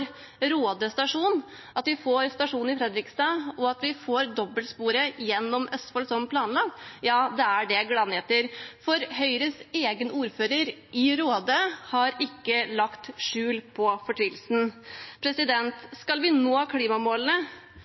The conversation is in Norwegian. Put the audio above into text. at vi får stasjon i Fredrikstad, og at vi får dobbeltsporet gjennom Østfold som planlagt, da er det gladnyheter. Høyres egen ordfører i Råde har ikke lagt skjul på fortvilelsen. Skal vi nå klimamålene,